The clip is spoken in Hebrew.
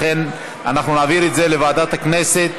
לכן נעביר את זה לוועדת הכנסת,